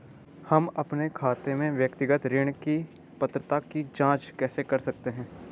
हम अपने खाते में व्यक्तिगत ऋण की पात्रता की जांच कैसे कर सकते हैं?